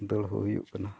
ᱫᱟᱹᱲ ᱦᱚᱸ ᱦᱩᱭᱩᱜ ᱠᱟᱱᱟ